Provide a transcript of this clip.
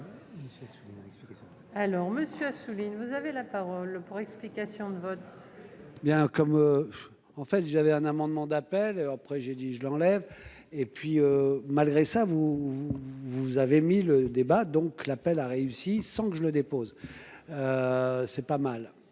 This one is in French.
Alors monsieur Assouline. Vous avez la parole pour explication de vote. Bien comme. En fait j'avais un amendement d'appel après j'ai dit je l'enlève. Et puis malgré ça. Vous avez mis le débat donc l'appel a réussi sans que je le dépose. C'est pas mal.